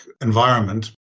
environment